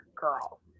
girl